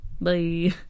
Bye